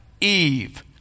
Eve